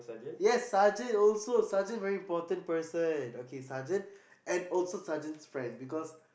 yes sergeant also sergeant very important person okay sergeant and also sergeant friend because